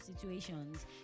situations